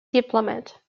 diplomat